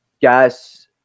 gas